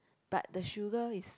but the sugar is